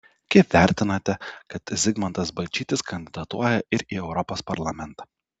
kaip vertinate kad zigmantas balčytis kandidatuoja ir į europos parlamentą